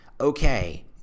okay